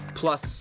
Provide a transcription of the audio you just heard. plus